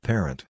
Parent